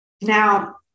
Now